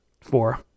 Four